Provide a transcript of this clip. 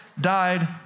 died